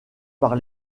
par